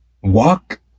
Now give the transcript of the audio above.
Walk